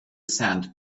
sand